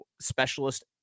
specialist